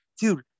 Dude